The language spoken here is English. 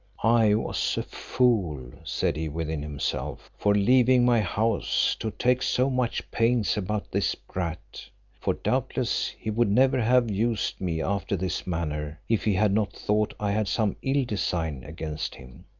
i was a fool, said he within himself, for leaving my house, to take so much pains about this brat for doubtless he would never have used me after this manner, if he had not thought i had some ill design against him.